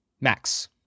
Max